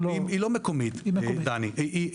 היא לא מקומית, דני.